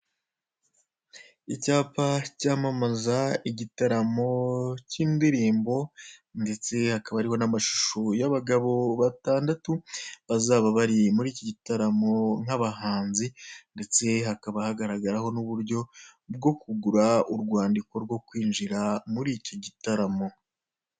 Icyapa cyamamaza igitaramo cy'indirimbo ndetse hakaba hariho n'amashusho y'abagabo batandatu, bazaba bari muri iki gitaramo n'abahanzi, ndetse hakaba hagaragaraho n'uburyo bwo kugura urwandiko rwo kwinjira muri iki gitaramo.